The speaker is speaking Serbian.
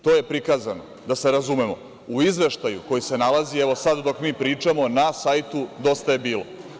To je prikazano, da se razumemo, u izveštaju koji se nalazi, evo sad dok mi pričamo, na sajtu Dosta je bilo.